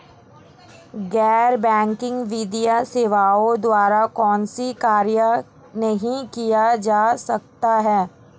गैर बैंकिंग वित्तीय सेवाओं द्वारा कौनसे कार्य नहीं किए जा सकते हैं?